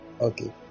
Okay